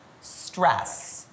stress